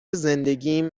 زندگیم